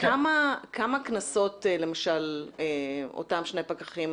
כמה קנסות למשל אותם שני פקחים